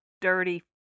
dirty